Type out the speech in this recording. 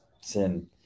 sin